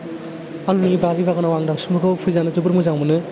आंनि बारि बागानाव आं दावसिनफोरखौ फैजानो जोबोर मोजां मोनो